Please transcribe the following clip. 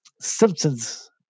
simpsons